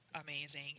amazing